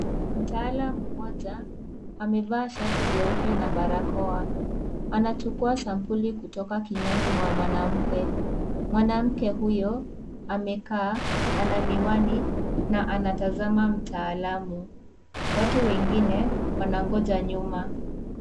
Mtaalam mmoja, amevaa shati jeupe na barakoa. Anachukua sampuli kutoka kinywani mwa mwanamke. Mwanamke huyo, amekaa, ana miwani na anatazama mtaalamu. Watu wengine wanangoja nyuma.